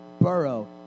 Borough